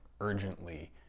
urgently